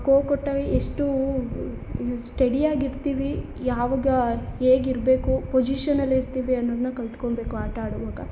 ಕೊ ಕೊಟ್ಟಾಗ ಎಷ್ಟು ಇ ಸ್ಟಡಿಯಾಗಿರ್ತೀವಿ ಯಾವಾಗ ಹೇಗಿರಬೇಕು ಪೊಜಿಷನಲ್ಲಿ ಇರ್ತೀವಿ ಅನ್ನುದನ್ನ ಕಲ್ತ್ಕೊಬೇಕು ಆಟ ಆಡುವಾಗ